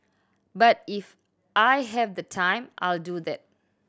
but if I have the time I'll do that